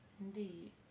Indeed